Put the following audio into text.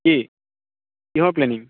কি কিহৰ প্লেনিং